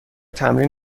تمرین